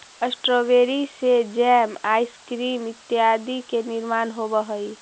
strawberry से jam, ice cream इत्यादि के निर्माण होवऽ हइ